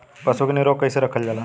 पशु के निरोग कईसे रखल जाला?